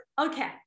okay